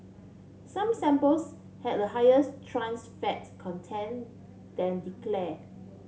some samples had a highers trans fat content than declared